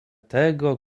tego